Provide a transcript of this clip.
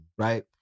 Right